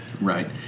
right